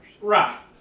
Right